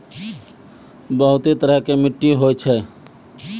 बहुतै तरह के मट्टी होय छै